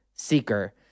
seeker